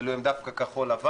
אלה הם דווקא כחול לבן.